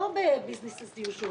לא ב-business as usual,